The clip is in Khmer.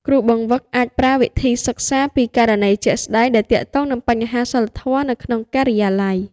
គ្រូបង្វឹកអាចប្រើវិធីសិក្សាពីករណីជាក់ស្តែងដែលទាក់ទងនឹងបញ្ហាសីលធម៌នៅក្នុងការិយាល័យ។